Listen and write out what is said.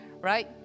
right